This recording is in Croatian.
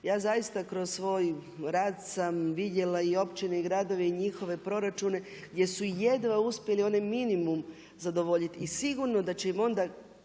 ja zaista kroz svoj rad sam vidjela i općine i gradove i njihove proračune gdje su jedva uspjeli onaj minimum zadovoljiti i sigurno da će im onda,